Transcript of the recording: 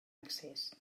excés